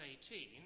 18